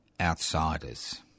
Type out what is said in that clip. outsiders